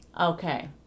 Okay